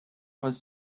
was